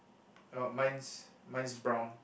oh mine's mine's brown